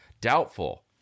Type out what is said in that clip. Doubtful